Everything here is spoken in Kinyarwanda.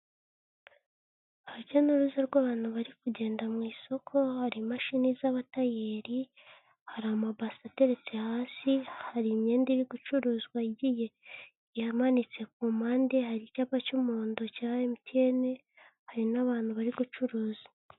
Urujya n'uruza rw'abantu bari kugenda mu isoko, hari imashini z'abatayeri, hari amabase ateretse hasi, hari imyenda iri gucuruzwa igiye imanitse ku mpande, hari icyapa cy'umuhondo cya MTN, hari n'abantu bari gucuruza.